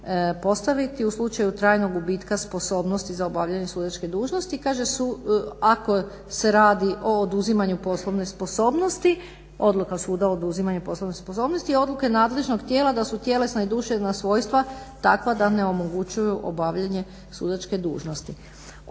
postaviti u slučaju trajnog gubitka sposobnosti za obavljanje sudačke dužnosti kaže ako se radi o oduzimanju poslovne sposobnosti odluka suda o oduzimanju poslovne sposobnosti odluke nadležnog tijela da su tjelesna i duševna svojstva takva da ne omogućuju obavljanje sudačke dužnosti.